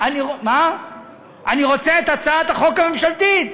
אני רוצה את הצעת החוק הממשלתית,